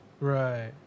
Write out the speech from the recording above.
right